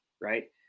right